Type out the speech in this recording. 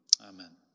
Amen